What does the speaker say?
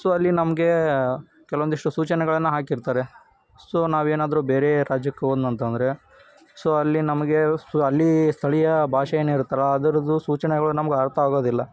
so ಅಲ್ಲಿ ನಮಗೆ ಕೆಲವೊಂದಿಷ್ಟು ಸೂಚನೆಗಳನ್ನು ಹಾಕಿರ್ತಾರೆ ಸೊ ನಾವು ಏನಾದರೂ ಬೇರೆ ರಾಜ್ಯಕ್ಕೆ ಹೋದ್ನಂತಂದ್ರೆ ಸೊ ಅಲ್ಲಿ ನಮಗೆ ಸೊ ಅಲ್ಲಿ ಸ್ಥಳೀಯ ಬಾಷೆ ಏನಿರುತ್ತಲ್ಲ ಅದ್ರದ್ದು ಸೂಚನೆಗಳು ನಮ್ಗೆ ಅರ್ಥ ಆಗೋದಿಲ್ಲ